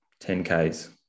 10Ks